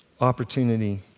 opportunity